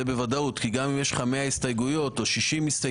זה בוודאות כי גם אם יש לך 100 הסתייגות או 60 הסתייגויות,